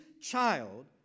child